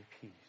peace